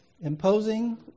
imposing